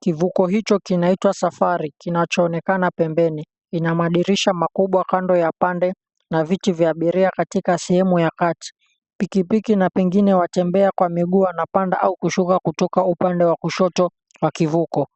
kivuko hicho kinaitwa Safari kinachoonekana pembeni. Ina madirisha makubwa kando ya pande na viti vya abiria katika sehemu ya kati. Pikipiki na pengine watembea kwa miguu wanapanda au kushuka kutoka upande wa kushoto wa kivuko.